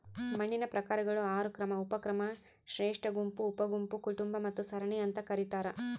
ಮಣ್ಣಿನ ಪ್ರಕಾರಗಳು ಆರು ಕ್ರಮ ಉಪಕ್ರಮ ಶ್ರೇಷ್ಠಗುಂಪು ಉಪಗುಂಪು ಕುಟುಂಬ ಮತ್ತು ಸರಣಿ ಅಂತ ಕರೀತಾರ